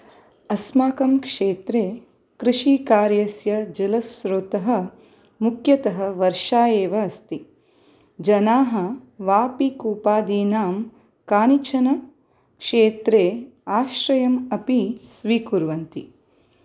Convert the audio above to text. अस्माकं क्षेत्रे कृषिकार्यस्य जलस्रोतः मुख्यतः वर्षा एव अस्ति जनाः वापिकूपादीनां कानिचन क्षेत्रे आश्रयम् अपि स्वीकुर्वन्ति